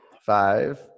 Five